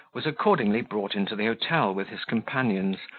was accordingly brought into the hotel with his companions,